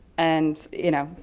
and you know,